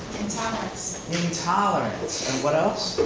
intolerance. intolerance. and what else?